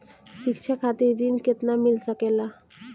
शिक्षा खातिर ऋण केतना मिल सकेला?